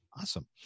Awesome